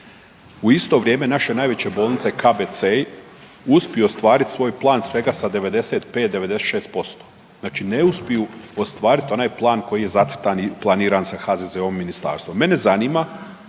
U isto vrijeme naše najveće bolnice KBC-i uspiju ostvariti svoj plan sa svega 95-96%. Znači ne uspiju ostvariti onaj plan koji je zacrtan i planiran sa HZZO-om i ministarstvom.